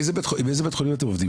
עם איזה בית חולים אתם עובדים?